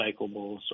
recyclables